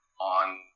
on